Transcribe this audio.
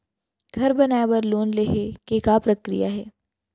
घर बनाये बर लोन लेहे के का प्रक्रिया हे?